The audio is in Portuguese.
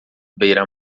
beira